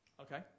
Okay